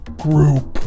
group